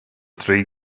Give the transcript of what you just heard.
three